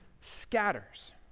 scatters